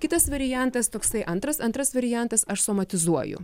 kitas variantas toksai antras antras variantas aš somatizuoju